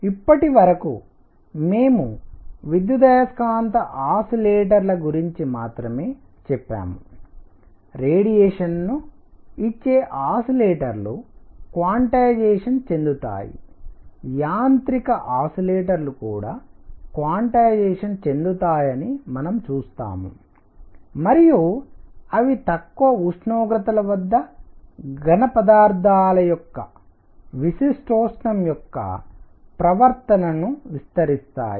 ఇప్పటివరకు మేము విద్యుదయస్కాంత ఆసిలేటర్ ల గురించి మాత్రమే చెప్పాము రేడియేషన్ ను ఇచ్చే ఆసిలేటర్ లు క్వాన్టైజేషన్ చెందుతాయి యాంత్రిక ఆసిలేటర్ లు కూడా క్వాన్టైజేషన్ చెందుతాయని మనము చూస్తాము మరియు అవి తక్కువ ఉష్ణోగ్రతల వద్ద ఘనపదార్థాల యొక్క విశిష్టోష్ణం యొక్క ప్రవర్తనను వివరిస్తాయి